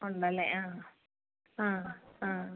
ഉണ്ട് അല്ലേ ആ ആ ആ